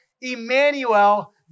Emmanuel